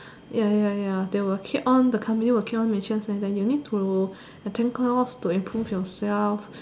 ya ya ya they will keep on the company will keep on mention saying that you need to attend class to improve yourself